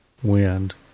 wind